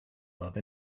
love